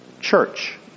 church